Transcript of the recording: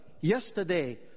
yesterday